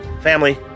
Family